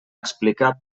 explicar